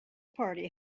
party